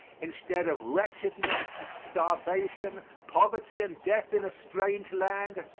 instead of wretchedness, starvation, poverty and death in a strange land,